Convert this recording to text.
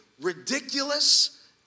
ridiculous